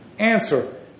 answer